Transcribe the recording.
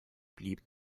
blieben